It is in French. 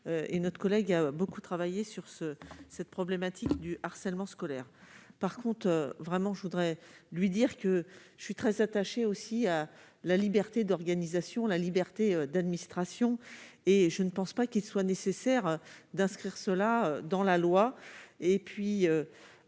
et notre collègue a beaucoup travaillé sur ce cette problématique du harcèlement scolaire par compte vraiment, je voudrais lui dire que je suis très attaché aussi à la liberté d'organisation, la liberté d'administration et je ne pense pas qu'il soit nécessaire d'inscrire cela dans la loi